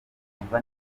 yumva